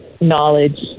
knowledge